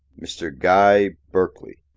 mr. guy berkeley.